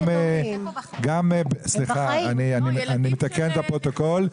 אני מתקן לפרוטוקול,